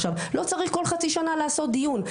לא צריך כל חצי שנה לעשות דיון.